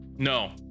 No